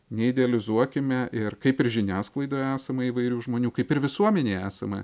neidealizuokime ir kaip ir žiniasklaidoje esama įvairių žmonių kaip ir visuomenėje esama